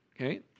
okay